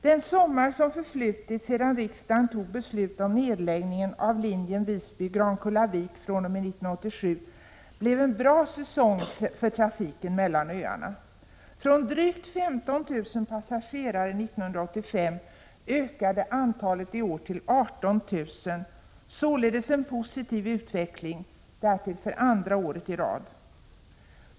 Den sommar som förflutit sedan riksdagen tog beslut om nedläggning av linjen Visby-Grankullavik fr.o.m. 1987 blev en bra säsong för trafiken mellan öarna. Från drygt 15 000 passagerare 1985 ökade antalet i år till 18 000, således en positiv utveckling, därtill för andra året i rad.